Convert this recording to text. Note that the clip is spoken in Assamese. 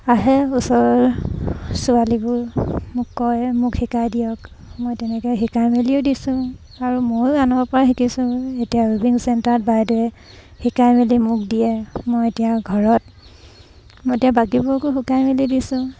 আহে ওচৰৰ ছোৱালীবোৰ মোক কয় মোক শিকাই দিয়ক মই তেনেকে শিকাই মেলিও দিছোঁ আৰু ময়ো আনৰ পৰা শিকিছোঁ এতিয়া উইভিং চেণ্টাৰত বাইদেৱে শিকাই মেলি মোক দিয়ে মই এতিয়া ঘৰত মই এতিয়া বাকীবোৰকো শিকাই মেলি দিছোঁ